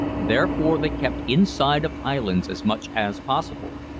therefore they kept inside of islands as much as possible,